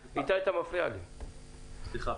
סליחה.